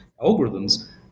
algorithms